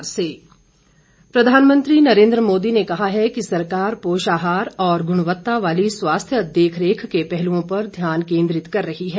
पोषण माह प्रधानमंत्री नरेन्द्र मोदी ने कहा है कि सरकार पोषाहार और गुणवत्ता वाली स्वास्थ्य देखरेख के पहलुओं पर ध्यान केंद्रित कर रही है